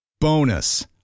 Bonus